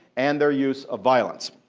and their use of violence.